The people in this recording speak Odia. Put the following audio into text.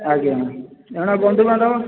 ଆଜ୍ଞା ଏଣେ ବନ୍ଧୁ ବାନ୍ଧବ